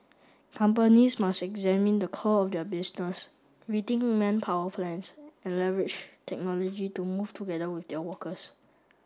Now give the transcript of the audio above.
companies must examine the core of their business rethink manpower plans and leverage technology to move together with their workers